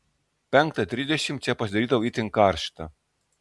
penktą trisdešimt čia pasidarydavo itin karšta